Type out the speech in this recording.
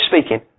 speaking